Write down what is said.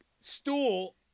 stool